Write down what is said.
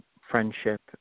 friendship